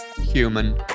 Human